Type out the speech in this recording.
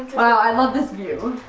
wow, i love this view.